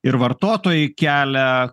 ir vartotojai kelia